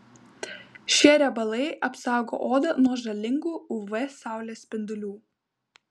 šie riebalai apsaugo odą nuo žalingų uv saulės spindulių